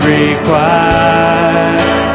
required